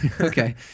Okay